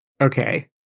Okay